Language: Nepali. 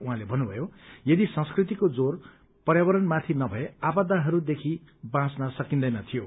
उहाँले भन्नुमयो यदि संस्कृतिको जोर पर्यावरणमाथि नभए आपदाहरूदेखि बाँच्न सकिन्दैन्थ्यो